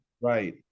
Right